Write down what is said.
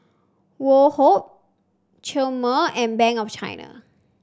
Woh Hup Chomel and Bank of China